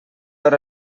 hora